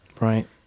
Right